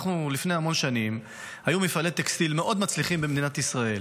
לפני המון שנים היו מפעלי טקסטיל מאוד מצליחים במדינת ישראל,